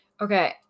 Okay